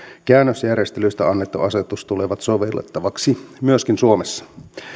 käännösjärjestelyistä annettu asetus tulevat sovellettaviksi myöskin suomessa